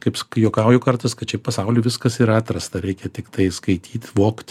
kaip juokauju kartais kad čia pasauly viskas yra atrasta reikia tiktai skaityt vogt